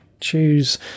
Choose